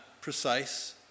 precise